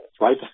right